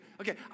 Okay